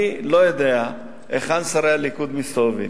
אני לא יודע היכן שרי הליכוד מסתובבים.